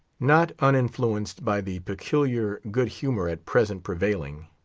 not uninfluenced by the peculiar good-humor at present prevailing,